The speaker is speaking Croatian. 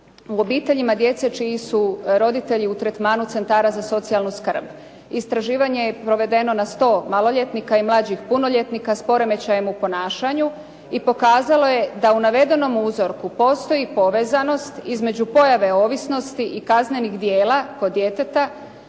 u obiteljima djece čiji su roditelji u tretmanu centara za socijalnu skrb. Istraživanje je provedeno na 100 maloljetnika i mlađih punoljetnika s poremećajem u ponašanju i pokazalo je da u navedenom uzorku postoji povezanost između pojave ovisnosti i kaznenih djela kod djeteta,